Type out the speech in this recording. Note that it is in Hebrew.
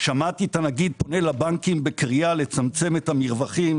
שמעתי את הנגיד של הבנקים בקריאה לצמצם את המרווחים.